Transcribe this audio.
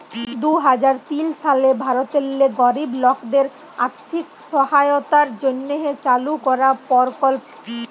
দু হাজার তিল সালে ভারতেল্লে গরিব লকদের আথ্থিক সহায়তার জ্যনহে চালু করা পরকল্প